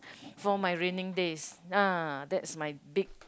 for my raining days ah that's my big